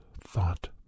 thought